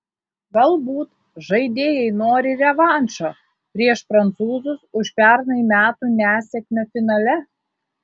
galbūt žaidėjai nori revanšo prieš prancūzus už pernai metų nesėkmę finale